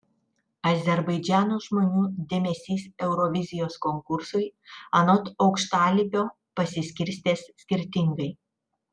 azerbaidžano žmonių dėmesys eurovizijos konkursui anot aukštalipio pasiskirstęs skirtingai